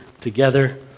together